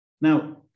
Now